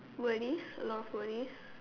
worries a lot of worries